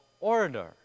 order